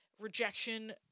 rejection